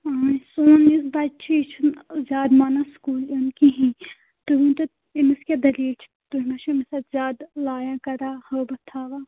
آ یُس سوٚن یُس بَچہِ چھُ یہِ چھُنہٕ زیادٕ مانان سکوٗل یُن کِہیٖنۍ تُہۍ ؤنۍتَو أمِس کیٛاہ دٔلیٖل چھِ تُہۍ ما چھُو أمِس اَتھ زیادٕ لایان کَران ہٲبَتھ تھاوان